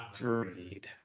read